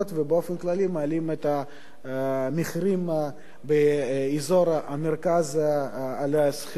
ובאופן כללי מעלים את המחירים באזור המרכז על השכירות.